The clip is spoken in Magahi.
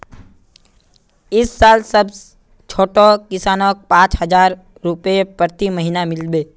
इस साल सब छोटो किसानक पांच हजार रुपए प्रति महीना मिल बे